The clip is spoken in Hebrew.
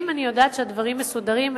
אם אני יודעת שהדברים מסודרים,